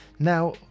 Now